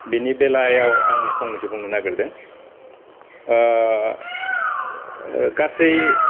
बिनि बेलायाव आं फंनैसो बुंनो नागेरदों गासै